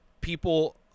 people